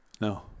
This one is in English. No